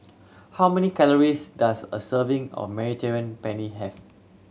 how many calories does a serving of Mediterranean Penne have